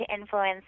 influence